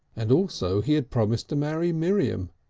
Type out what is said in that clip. and also he had promised to marry miriam,